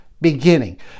beginning